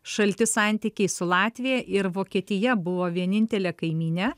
šalti santykiai su latvija ir vokietija buvo vienintelė kaimynė